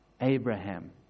Abraham